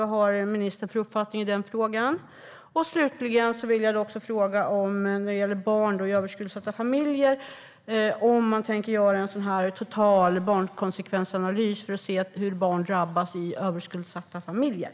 Vad har ministern för uppfattning i den frågan? Slutligen vill jag också ställa en fråga som handlar om barn i överskuldsatta familjer. Tänker man göra en total barnkonsekvensanalys för att se hur barn drabbas i överskuldsatta familjer?